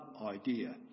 idea